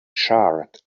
charred